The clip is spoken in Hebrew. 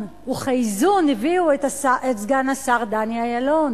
ולאיזון הביאו את סגן השר דני אילון,